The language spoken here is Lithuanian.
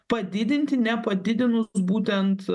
padidinti nepadidinus būtent